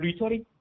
rhetoric